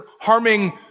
harming